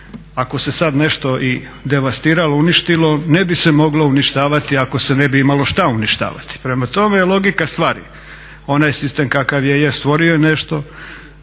ako se sad nešto i devastiralo, uništilo ne bi se moglo uništavati ako se ne bi imalo šta uništavati. Prema tome, je logika stvari onaj sistem kakav je je stvorio je nešto,